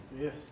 Yes